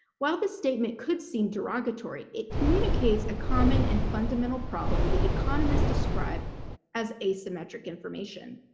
while this statement could seem derogatory, it communicates a common and fundamental problem that economists describe as asymmetric information.